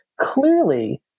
clearly